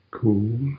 cool